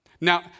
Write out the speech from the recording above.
Now